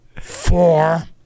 four